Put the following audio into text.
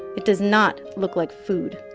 it does not look like food